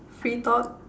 free thought